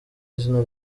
izina